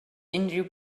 unrhyw